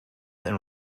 and